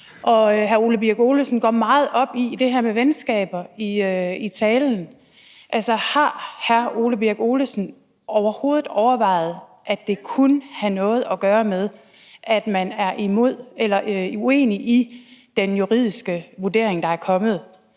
Hr. Ole Birk Olesen går i sin tale meget op i det her med venskaber, men har hr. Ole Birk Olesen overhovedet overvejet, at det kunne have noget at gøre med, at man er uenig i den juridiske vurdering, der er kommet,